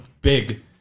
big